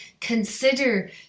consider